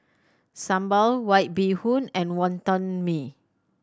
sambal White Bee Hoon and Wonton Mee